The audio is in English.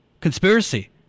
conspiracy